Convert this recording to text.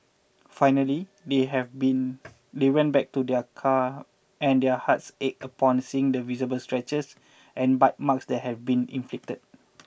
finally they have been they went back to their car and their hearts ached upon seeing the visible scratches and bite marks that have been inflicted